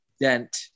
dent